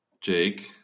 Jake